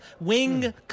Wing